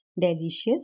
delicious